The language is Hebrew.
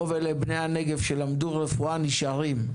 רוב בני הנגב שלמדו רפואה בנגב, נשארים.